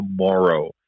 tomorrow